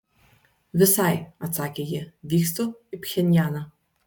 visai atsakė ji vykstu į pchenjaną